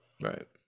Right